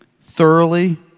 thoroughly